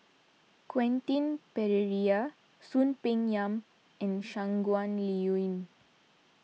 Quentin Pereira Soon Peng Yam and Shangguan Liuyun